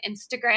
Instagram